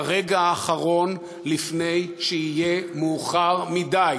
ברגע האחרון, לפני שיהיה מאוחר מדי.